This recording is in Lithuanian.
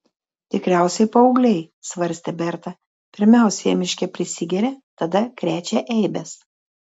tikriausiai paaugliai svarstė berta pirmiausia jie miške prisigeria tada krečia eibes